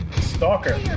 Stalker